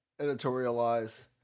editorialize